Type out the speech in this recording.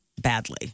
badly